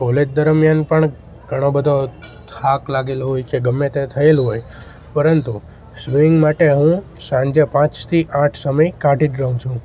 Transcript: college દરમિયાન પણ ઘણો બધો થાક લાગેલો હોય છે ગમે તે થયેલું હોય પરંતુ સ્વિમિંગ માટે હું સાંજે પાંચથી આઠ સમય કાઢી જ લઉં છું